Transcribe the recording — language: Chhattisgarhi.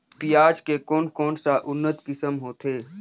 पियाज के कोन कोन सा उन्नत किसम होथे?